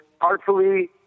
artfully